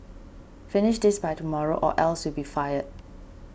finish this by tomorrow or else you'll be fired